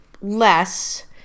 less